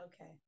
Okay